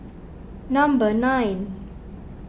number nine